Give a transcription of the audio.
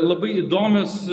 labai įdomios